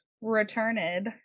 returned